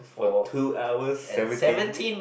for two hours seventy